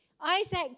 Isaac